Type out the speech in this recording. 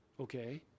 okay